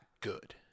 good